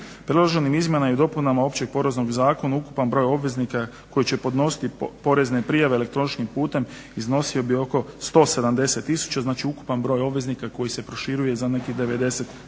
Predloženim izmjenama i dopunama Općeg poreznog zakona ukupan broj obveznika koji će podnositi porezne prijave elektroničkim putem iznosio bi oko 170000. Znači, ukupan broj obveznika koji se proširuje za nekih 90000.